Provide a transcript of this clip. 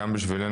גם בשבילנו,